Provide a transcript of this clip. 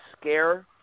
scare